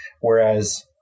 whereas